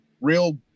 real